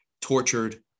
tortured